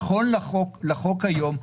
נכון לחוק היום,